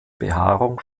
behaarung